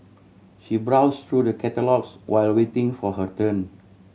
she browse through the catalogues while waiting for her turn